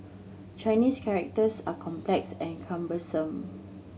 Chinese characters are complex and cumbersome